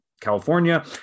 california